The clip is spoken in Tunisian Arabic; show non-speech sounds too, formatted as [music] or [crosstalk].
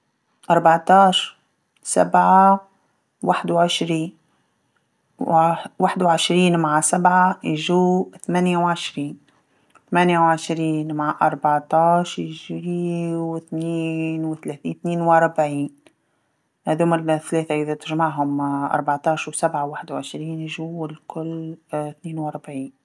أرباطاعش، سبعه، واحد وعشرين، وا- واحد وعشرين مع سبعه يجو ثمانيه وعشرين، ثمانيه وعشرين مع أرباطاعش يجيو تنين وتلاثين تنين وربعين، هاذوما ال- الثلاثه إذا تجمعهم [hesitation] أرباطاعش وسبعه وواحد وعشرين يجو الكل [hesitation] تنين وربعين.